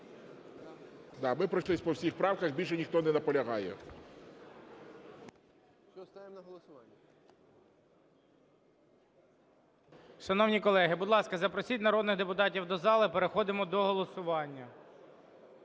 ми пройшлись по всіх правках, більше ніхто не наполягає.